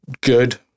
good